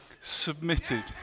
submitted